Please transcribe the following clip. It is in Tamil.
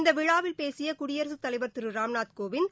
இந்த விழாவில் பேசிய குடியரசுத் தலைவர் திரு ராம்நாத்கோவிந்த்